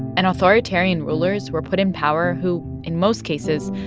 and authoritarian rulers were put in power who, in most cases,